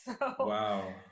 Wow